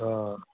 অ'